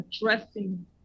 addressing